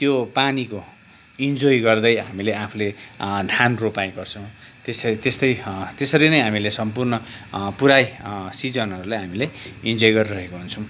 त्यो पानीको इन्जोय गर्दै हामीले आफूले धान रोपाइ गर्छौँ त्यसरी त्यस्तै त्यसरी नै हामीले सम्पूर्ण पुरै सिजनहरूलाई हामीले इन्जोय गरिरहेको हुन्छौँ